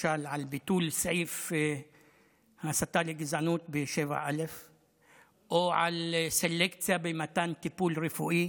למשל על ביטול סעיף הסתה לגזענות ב-7א או על סלקציה במתן טיפול רפואי,